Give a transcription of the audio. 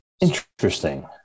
Interesting